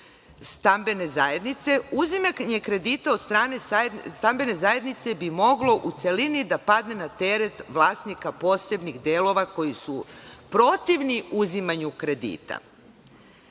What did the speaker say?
stambene zajednice, uzimanje kredita od strane stambene zajednice bi moglo u celini da padne na teret vlasnika posebnih delova koji su protivni uzimanju kredita. Stambena